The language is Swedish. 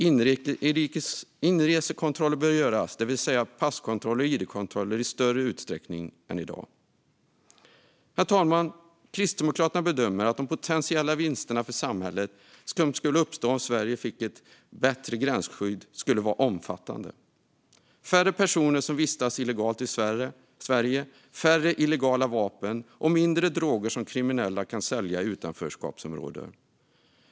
Inresekontroller bör göras, det vill säga passkontroller och id-kontroller, i större utsträckning än i dag. Herr talman! Kristdemokraterna bedömer att de potentiella vinsterna för samhället som skulle uppstå om Sverige fick ett bättre gränsskydd skulle vara omfattande: färre personer som vistas illegalt i Sverige, färre illegala vapen och färre droger som kriminella kan sälja i utanförskapsområden.